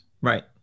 Right